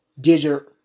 digit